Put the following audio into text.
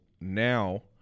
now